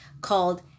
called